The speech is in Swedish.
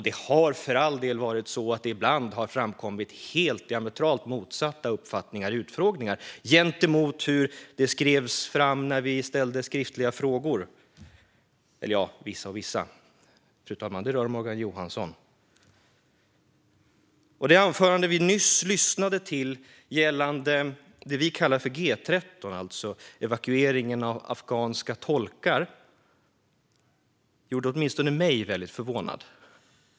Det har för all del varit så att det ibland har framkommit diametralt motsatta uppfattningar i utfrågningar gentemot hur det skrevs fram när vi ställde skriftliga frågor. Eller, ja, vissa statsråd - det rör Morgan Johansson, fru talman. Det anförande vi nyss lyssnade till gällande det vi kallar G13, alltså evakueringen av afghanska tolkar, gjorde åtminstone mig väldigt förvånad.